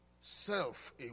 self